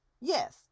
yes